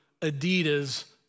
Adidas